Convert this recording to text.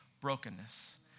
brokenness